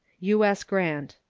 u s. grant.